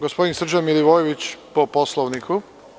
Gospodin Srđan Milivojević, po Poslovniku.